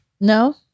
no